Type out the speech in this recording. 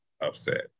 upset